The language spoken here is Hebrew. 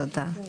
תודה.